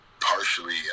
partially